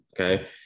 Okay